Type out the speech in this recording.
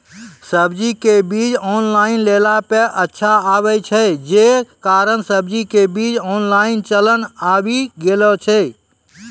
सब्जी के बीज ऑनलाइन लेला पे अच्छा आवे छै, जे कारण सब्जी के बीज ऑनलाइन चलन आवी गेलौ छै?